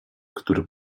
który